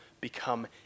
become